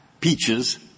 Peaches